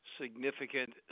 significant